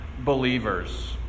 believers